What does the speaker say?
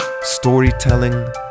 storytelling